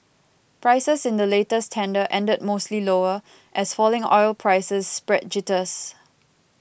prices in the latest tender ended mostly lower as falling oil prices spread jitters